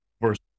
first